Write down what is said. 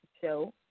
show